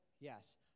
Yes